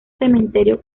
cementerio